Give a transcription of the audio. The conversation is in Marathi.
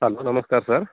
हॅलो नमस्कार सर